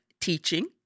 Teaching